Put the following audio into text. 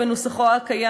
בנוסחו הקיים,